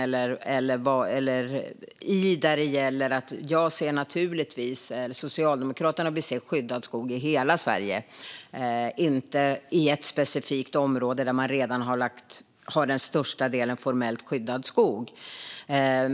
Socialdemokraterna vill naturligtvis se skyddad skog i hela Sverige, inte i ett specifikt område där man redan har den största delen formellt skyddad skog.